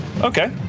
okay